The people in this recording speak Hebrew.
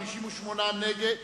58 נגד,